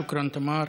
שוכרן, תמר.